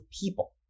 people